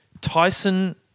Tyson